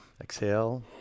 exhale